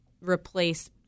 replace